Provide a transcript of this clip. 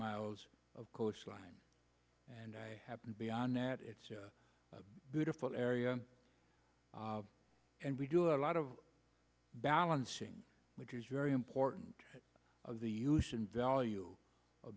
miles of coastline and i happen beyond that it's a beautiful area and we do a lot of balancing which is very important of the use and value o